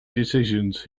decisions